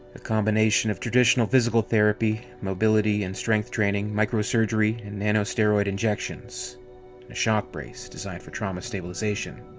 a combination of traditional physical therapy mobility and strength training microsurgery and nanosteroid injections. a shock brace, designed for trauma stabilization.